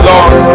Lord